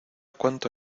cuánto